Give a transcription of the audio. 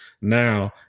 now